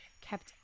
kept